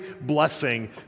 blessing